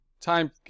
time